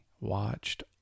watched